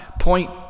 point